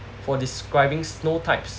for describing snow types